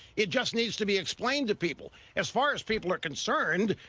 it just needs to be explained to people. as far as people are concerned,